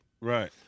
Right